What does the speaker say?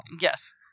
Yes